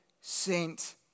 sent